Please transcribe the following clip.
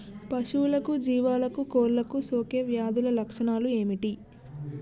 పశువులకు జీవాలకు కోళ్ళకు సోకే వ్యాధుల లక్షణాలు ఏమిటి?